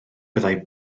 byddai